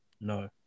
No